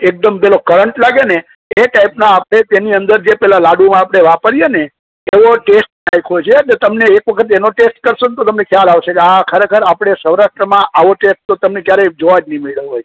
એકદમ પેલો કરન્ટ લાગે ને એ ટાઇપના આપણે તેની અંદર જે પેલા લાડુ આપડે વાપરીએ ન એવો ટેસ્ટ નાખ્યો છે તમને એક વખત એનો ટેસ્ટ કરસો ને તો તમને ખ્યાલ આવશે કે આ ખરેખર આપણે સૌરાષ્ટ્રમાં આવો ટેસ્ટ તો તમને ક્યારેય હોય જોવા જ નહી મળ્યો હોય